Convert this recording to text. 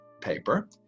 paper